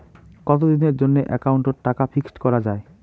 কতদিনের জন্যে একাউন্ট ওত টাকা ফিক্সড করা যায়?